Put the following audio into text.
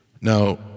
Now